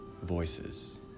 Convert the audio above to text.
voices